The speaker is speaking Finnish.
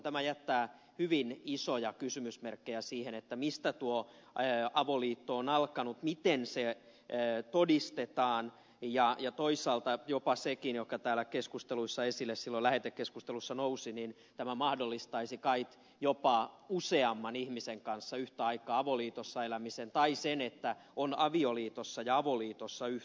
tämä jättää hyvin isoja kysymysmerkkejä siihen mistä tuo avoliitto on alkanut miten se todistetaan ja toisaalta jopa siihenkin mikä täällä lähetekeskustelussa silloin esille nousi että tämä mahdollistaisi kai jopa useamman ihmisen kanssa yhtä aikaa avoliitossa elämisen tai sen että on avioliitossa ja avoliitossa yhtä aikaa